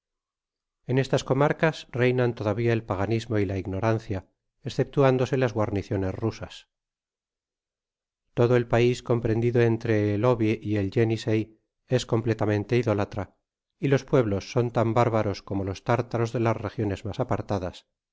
en estas comarcas reinan todavia el paganismo y la ignorancia esceptuándose las guarniciones rusas todo el pais comprendido entre el oby y el jenissei es completa mente idólatra y los pueblos son tan bárbaros como los tártaros de las regiones mas apartadas